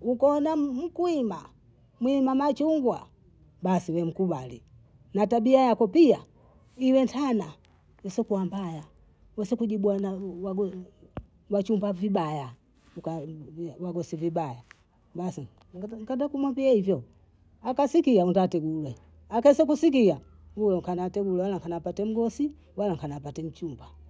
uko na mkuima muima machungwa, basi we mkubali, na tabia yako pia iwe tana isiyokuwa mbaya, usokujibwana wachumba vibaya wagosi vibaya, basi nkaenda kumwambia hivyo, akasikia undatigule, akesekusikia huyo nkaona hata huyu ana pata mgosi wala nkana pata mchumba.